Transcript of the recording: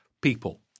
people